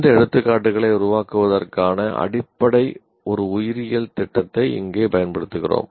இந்த எடுத்துக்காட்டுகளை உருவாக்குவதற்கான அடிப்படையாக ஒரு உயிரியல் திட்டத்தை இங்கே பயன்படுத்துகிறோம்